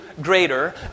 greater